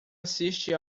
assiste